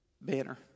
banner